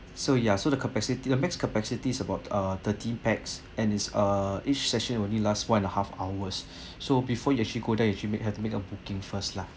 so ya so the capacity the max capacities is about uh thirty pax and is err each session is only last one and a half hours so before you actually go there you actually make had you had to make a booking first lah